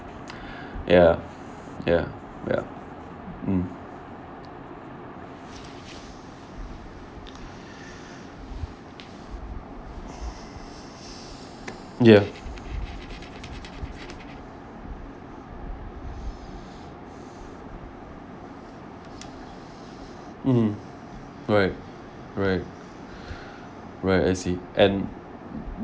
ya ya yup mm ya mmhmm right right right I see and